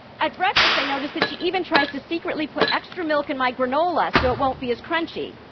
at breakfast, i noticed that she even tries to secretly put extra milk in my granola so it won't be as crunchy.